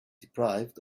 deprived